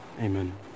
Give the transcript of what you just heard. Amen